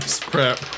crap